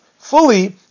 Fully